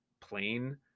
plain